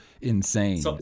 insane